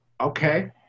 Okay